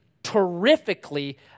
terrifically